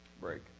break